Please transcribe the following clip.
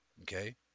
okay